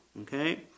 Okay